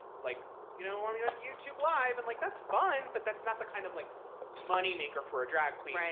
like you know i'm yeah on youtube live. and like that's fun, but that's not the kind of like moneymaker for a drag queen. right.